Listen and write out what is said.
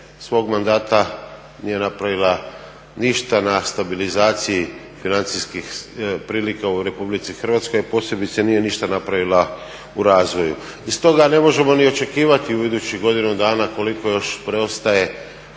svog mandata nije napravila ništa na stabilizaciji financijskih prilika u RH, a posebice nije ništa napravila u razvoju. I stoga ne možemo ni očekivati u idućih godinu dana koliko još preostaje